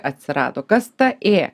atsirado kas ta ė